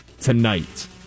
tonight